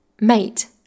mate